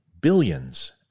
billions